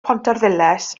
pontarddulais